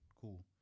cool